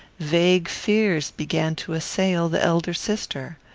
vague fears began to assail the elder sister.